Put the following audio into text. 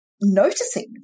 noticing